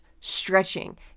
stretching